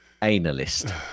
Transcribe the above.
Analyst